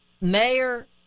Mayor